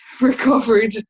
recovered